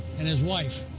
and his wife